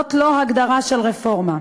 זאת לא הגדרה של רפורמה.